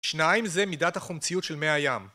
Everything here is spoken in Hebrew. שניים זה מידת החומציות של מי הים